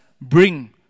bring